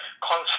close